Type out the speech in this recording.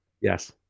Yes